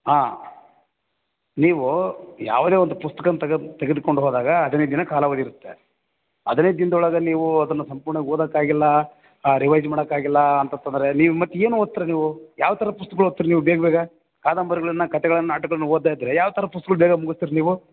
ಹಾಂ ನೀವು ಯಾವುದೆ ಒಂದು ಪುಸ್ತ್ಕನ್ನ ತಗದು ತೆಗೆದ್ಕೊಂಡು ಹೋದಾಗ ಹದಿನೈದು ದಿನ ಕಾಲಾವಧಿ ಇರುತ್ತೆ ಹದಿನೈದು ದಿನ್ದೊಳಗೆ ನೀವು ಅದನ್ನ ಸಂಪೂರ್ಣಾಗಿ ಓದೋಕ್ಕಾಗಿಲ್ಲ ರಿವೈಸ್ ಮಾಡೋಕ್ಕಾಗಿಲ್ಲ ಅಂತಂದ್ರೆ ನೀವು ಮತ್ತೆ ಏನು ಓದ್ತೀರಾ ನೀವು ಯಾವ ಥರ ಪುಸ್ತಕಗಳ್ ಓದ್ತೀರ ನೀವು ಬೇಗ ಬೇಗ ಕಾದಂಬರಿಗಳನ್ನ ಕಥೆಗಳನ್ನು ನಾಟಕನ್ನ ಓದದೇ ಇದ್ದರೆ ಯಾವ ಥರ ಪುಸ್ತಕಗಳ್ ಬೇಗ ಮುಗಿಸ್ತೀರ ನೀವು